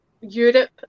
Europe